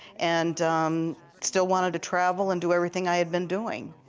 and um still wanted to travel and do everything i had been doing.